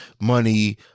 money